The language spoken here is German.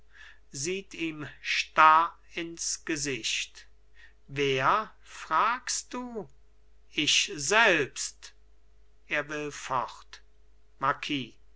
sieht ihm starr ins gesicht wer fragst du ich selbst er will fort marquis